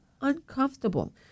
uncomfortable